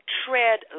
tread